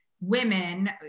women